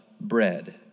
bread